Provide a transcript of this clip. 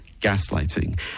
gaslighting